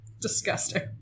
Disgusting